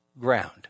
ground